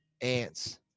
ants